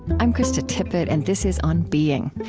i'm krista tippett and this is on being.